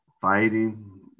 fighting